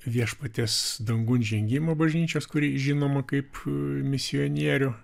viešpaties dangun žengimo bažnyčios kuri žinoma kaip misionierių